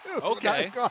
Okay